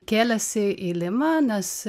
kėlėsi į limą nes